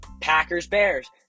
Packers-Bears